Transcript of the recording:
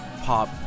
pop